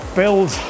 build